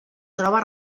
troba